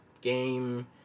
game